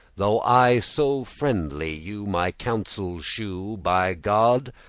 though i so friendly you my counsel shew by god,